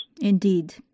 Indeed